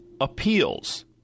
appeals